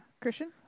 Christian